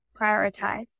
prioritize